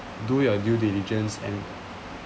do your due diligence and